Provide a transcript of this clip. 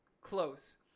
Close